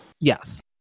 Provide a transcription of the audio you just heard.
Yes